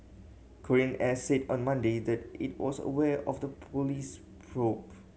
Korean Air said on Monday that it was aware of the police probe